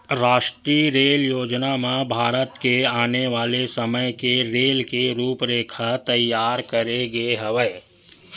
रास्टीय रेल योजना म भारत के आने वाले समे के रेल के रूपरेखा तइयार करे गे हवय